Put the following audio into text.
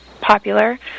popular